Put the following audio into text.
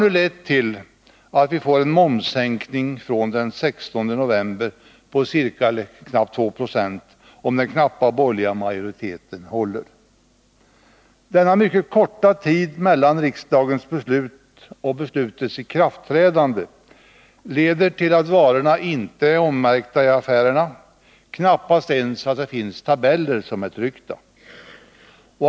Detta harlett till att vi nu får en momssänkning från den 16 november på ca 2 70, om den knappa borgerliga majoriteten håller. Denna mycket korta tid Nr 23 mellan riksdagéns beslut och beslutets ikraftträdande leder till att varorna i affärerna inte kommer att vara ommärkta. Det kommer nog inte ens att finnas tabeller tryckta.